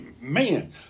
man